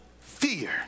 fear